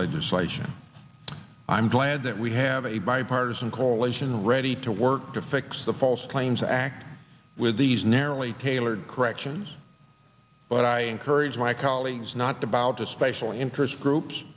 legislation i'm glad that we have a bipartisan coalition ready to work to fix the false claims act with these narrowly tailored corrections but i encourage my colleagues not to bow to special interest groups